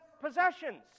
possessions